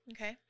Okay